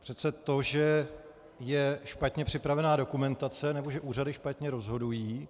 Přece to, že je špatně připravená dokumentace nebo že úřady špatně rozhodují,